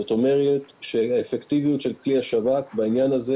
זאת אומרת, האפקטיביות של כלי השב"כ בעניין הזה